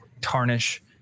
tarnish